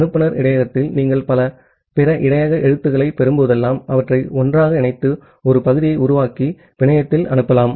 அனுப்புநர் இடையகத்தில் நீங்கள் பல பிற இடையக கேரக்டர்க்ளைப் பெறும்போதெல்லாம் அவற்றை ஒன்றாக இணைத்து ஒரு பகுதியை உருவாக்கி நெட்ஒர்க்த்தில் அனுப்பலாம்